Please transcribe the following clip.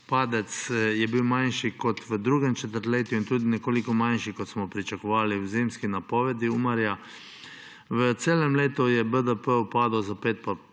je bil manjši kot v drugem četrtletju in tudi nekoliko manjši, kot smo pričakovali v zimski napovedi Umarja. V celem letu je BDP upadel za 5,5 %,